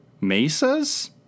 Mesa's